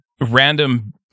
random